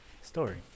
story